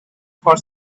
for